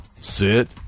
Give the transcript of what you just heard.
Sit